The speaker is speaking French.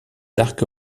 arcs